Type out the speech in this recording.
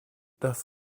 dass